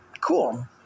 cool